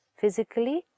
physically